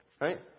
right